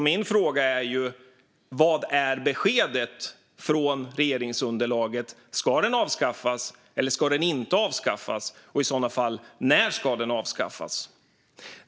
Min fråga är därför: Vad är beskedet från regeringsunderlaget? Ska skatten avskaffas eller inte? Om den ska avskaffas, när ska den avskaffas? Herr talman!